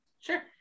Sure